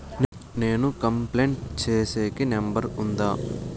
నేను కంప్లైంట్ సేసేకి నెంబర్ ఉందా?